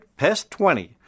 PEST20